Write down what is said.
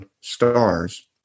stars